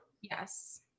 Yes